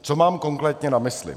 Co mám, konkrétně na mysli?